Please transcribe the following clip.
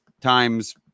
times